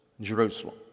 Jerusalem